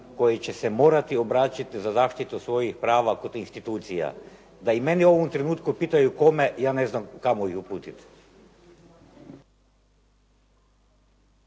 koji će se morati obraćati za zaštitu svojih prava kod institucija. Da i mene u ovom trenutku pitaju kome, ja ne znam kamo ih uputiti.